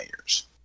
years